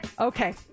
Okay